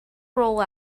roll